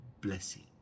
blessing